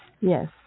Yes